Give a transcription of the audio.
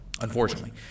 Unfortunately